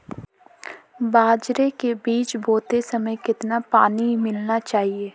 बाजरे के बीज बोते समय कितना पानी मिलाना चाहिए?